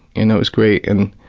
and it was great. and